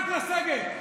רק לסגת.